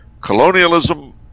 colonialism